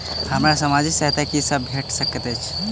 हमरा सामाजिक सहायता की सब भेट सकैत अछि?